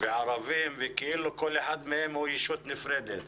וערבים וכאילו כל אחד מהם הוא ישות נפרדת.